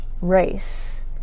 race